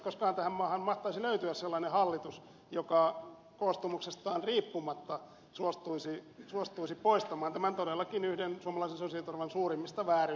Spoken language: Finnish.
koskahan tähän maahan mahtaisi löytyä sellainen hallitus joka koostumuksestaan riippumatta suostuisi poistamaan tämän todellakin yhden suomalaisen sosiaaliturvan suurimmista vääryyksistä